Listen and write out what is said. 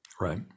Right